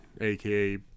aka